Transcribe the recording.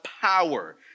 power